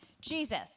Jesus